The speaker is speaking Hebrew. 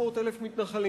בהם כ-300,000 מתנחלים,